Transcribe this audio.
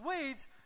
weeds